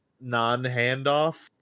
non-handoff